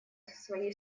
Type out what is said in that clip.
своей